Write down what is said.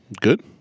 Good